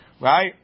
Right